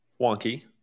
wonky